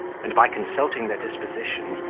and, by consulting their dispositions,